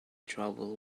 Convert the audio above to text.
trouble